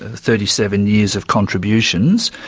ah thirty seven years of contributions,